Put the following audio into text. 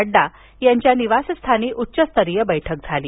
नङ्डा यांच्या निवासस्थानी उच्चस्तरीय बैठक झाली